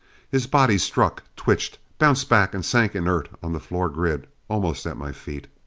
his body struck twitched bounced back and sank inert on the floor grid almost at my feet.